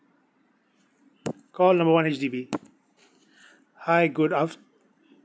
call number one H_D_B hi good aft~